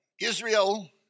Israel